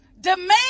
Demand